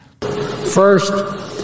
First